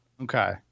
okay